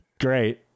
Great